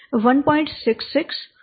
26 છે